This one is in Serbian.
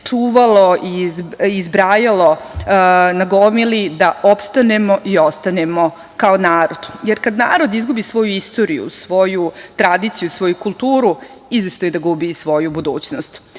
čuvalo i zbrajalo na gomili da opstanemo i ostanemo kao narod. Kada narod izgubi svoju istoriju, svoju tradiciju, svoju kulturu izvesno je da gubi i svoju budućnost.